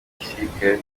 n’igisirikare